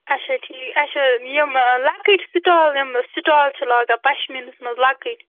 اَچھا ٹھیٖک اَچھا یِم لۅکٕٹۍ سِٹال یِم سِٹال چھِ لاگان پَشمیٖنَس مَنٛز لۅکٕٹۍ